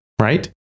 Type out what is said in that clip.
right